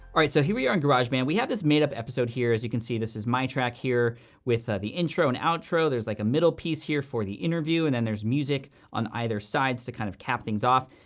all right, so here we are in garageband. we have this made-up episode here. as you can see, this is my track here with the intro and outro. there's like a middle piece here for the interview, and then there's music on either sides to kind of cap things off.